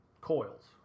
coils